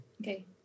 Okay